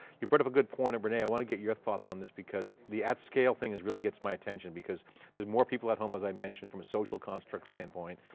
you brought up a good point, and rene. i want to get your thoughts on this because the at scale thing really gets my attention because there's more people at home as i mentioned from a social construct standpoint.